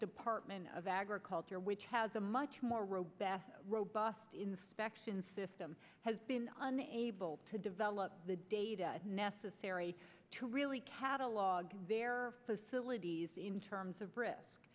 department of agriculture which has a much more robust robust inspection system has been able to develop the data necessary to really catalog their facilities in terms of